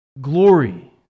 glory